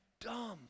dumb